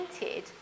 painted